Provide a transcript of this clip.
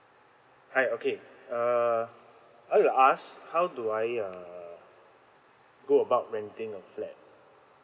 hi okay err I wanna ask how do I err go about renting a flat